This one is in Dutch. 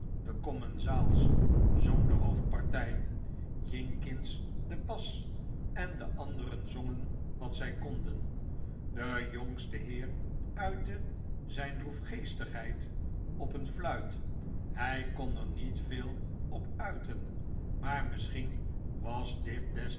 de commensaals zong de hoofdpartij jinkins de bas en de anderen zongen wat zij konden de jongste heer uitte zijn droefgeestigheid op een fruit hij kon er niet veel op uiten maar misschien was dit